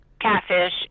catfish